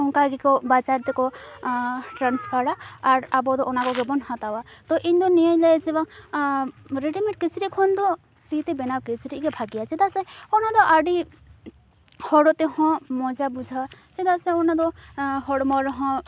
ᱚᱱᱠᱟᱜᱮᱠᱚ ᱵᱟᱡᱟᱨᱛᱮᱠᱚ ᱴᱨᱟᱱᱥᱯᱷᱟᱨᱟ ᱟᱨ ᱟᱵᱚᱫᱚ ᱚᱱᱟ ᱠᱚᱜᱮ ᱵᱚᱱ ᱦᱟᱛᱟᱣᱟ ᱛᱚ ᱤᱧᱫᱚ ᱱᱤᱭᱟᱹᱧ ᱞᱟᱹᱭᱟ ᱡᱮ ᱵᱟᱝ ᱨᱮᱰᱤᱢᱮᱰ ᱠᱤᱪᱨᱤᱡᱽ ᱠᱷᱚᱱᱫᱚ ᱛᱤᱛᱮ ᱵᱮᱱᱟᱣ ᱠᱤᱪᱨᱤᱡᱽᱜᱮ ᱵᱷᱟᱹᱜᱤᱭᱟ ᱪᱮᱫᱟᱜ ᱥᱮ ᱚᱱᱟᱫᱚ ᱟᱹᱰᱤ ᱦᱚᱨᱚᱜᱛᱮᱦᱚᱸ ᱢᱚᱡᱟ ᱵᱩᱡᱷᱟᱹᱜᱼᱟ ᱪᱮᱫᱟᱜ ᱥᱮ ᱚᱱᱟᱫᱚ ᱦᱚᱲᱢᱚᱨᱮ ᱦᱚᱸ